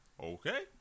Okay